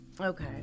Okay